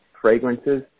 fragrances